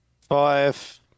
Five